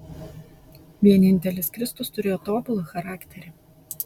vienintelis kristus turėjo tobulą charakterį